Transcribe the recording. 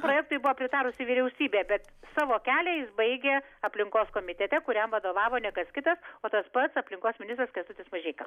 projektui buvo pritarusi vyriausybė bet savo kelią jis baigė aplinkos komitete kuriam vadovavo ne kas kitas o tas pats aplinkos ministras kęstutis mažeika